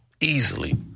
Easily